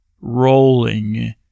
rolling